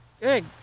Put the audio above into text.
good